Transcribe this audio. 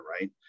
right